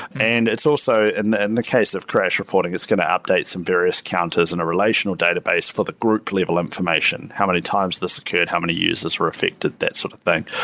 and it's also and in and the case of crash reporting, it's going to update some various counters in a relational database for the group level information. how many times this occurred? how many users were affected? that sort of thing.